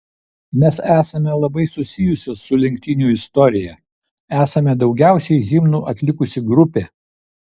mes esame labai susijusios su lenktynių istorija esame daugiausiai himnų atlikusi grupė